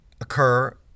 occur